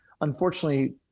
unfortunately